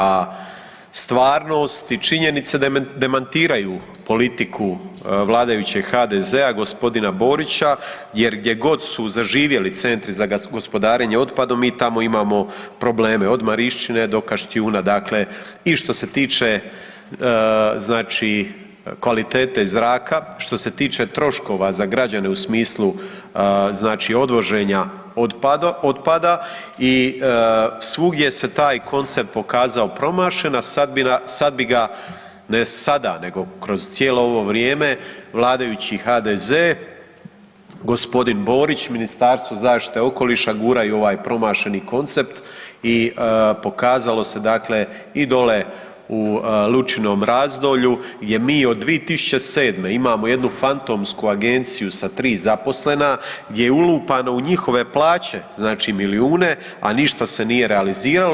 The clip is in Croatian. A stvarnost i činjenice demantiraju politiku vladajućeg HDZ-a i g. Borića jer gdje god su zaživjeli Centri za gospodarenje otpadom mi tamo imamo probleme, od Marišćine do Kaštijuna, dakle i što se tiče znači kvalitete zraka, što se tiče troškova za građane u smislu znači odvoženja otpada i svugdje se taj koncept pokazao promašen, a sad bi ga, ne sada nego kroz cijelo ovo vrijeme vladajući HDZ, g. Borić i Ministarstvo zaštite okoliša guraju ovaj promašeni koncept i pokazalo se dakle i dole u Lucinom Razdolju gdje mi od 2007. imamo jednu fantomsku agenciju sa 3 zaposlena, gdje je ulupano u njihove plaće znači milijune, a ništa se nije realiziralo.